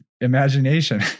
imagination